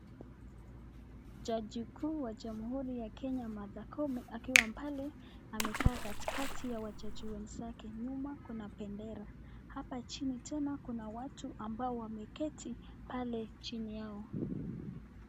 Jaji mkuu wa jamhuri ya Kenya Martha Koome akiwa pale amekaa katikati ya wajaji wenzake, nyuma kuna bendera, hapa chini tena kuna watu ambao wameketi pale chini yao.